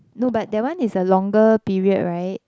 no but that one is a longer period right